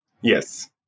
Yes